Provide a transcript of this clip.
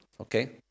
Okay